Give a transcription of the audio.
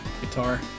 guitar